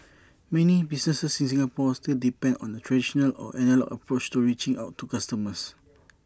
many businesses in Singapore still depend on A traditional or analogue approach to reaching out to customers